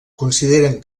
consideren